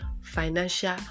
financial